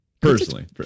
personally